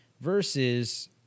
versus